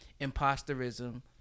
imposterism